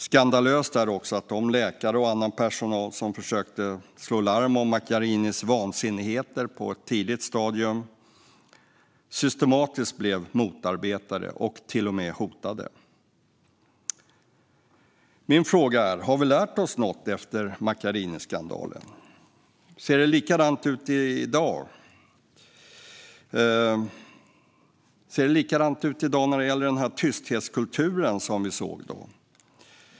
Skandalöst är också att de läkare och annan personal som försökte slå larm om Macchiarinis vansinnigheter på ett tidigare stadium systematiskt blev motarbetade och till och med hotade. Min fråga är: Har vi lärt oss något efter Macchiariniskandalen? Ser det likadant ut i dag när det gäller tysthetskulturen?